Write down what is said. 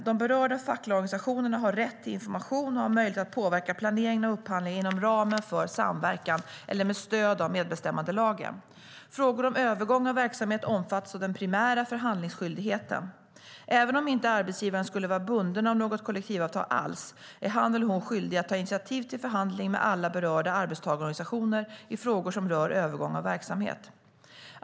De berörda fackliga organisationerna har rätt till information och har möjlighet att påverka planeringen av upphandlingar inom ramen för samverkan eller med stöd av medbestämmandelagen. Frågor om övergång av verksamhet omfattas av den primära förhandlingsskyldigheten. Även om inte arbetsgivaren skulle vara bunden av något kollektivavtal alls är han eller hon skyldig att ta initiativ till förhandling med alla berörda arbetstagarorganisationer i frågor som rör övergång av verksamhet.